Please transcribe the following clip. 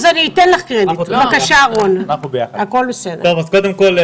קודם כל,